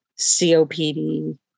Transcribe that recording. COPD